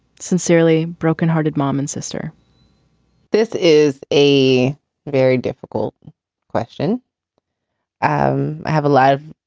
sincerely broken-hearted mom and sister this is a very difficult question um i have a lot of